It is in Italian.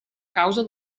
causa